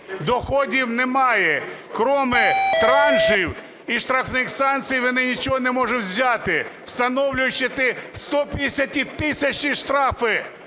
доходів немає, крім траншів і штрафних санкцій вони нічого не можуть взяти, встановлюючи 150-тисячні штрафи